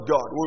God